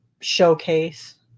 showcase